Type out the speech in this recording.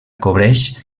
cobreix